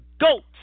Goats